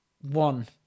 one